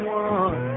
one